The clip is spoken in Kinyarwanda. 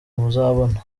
muzabona